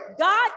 God